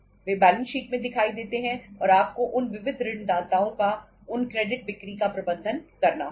वे balance sheet में दिखाई देते हैं और आपको उन विविध ऋणदाताओं का उन क्रेडिट बिक्री का प्रबंधन करना होगा